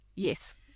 Yes